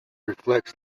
reflects